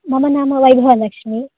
मम नाम वैभवलक्ष्मी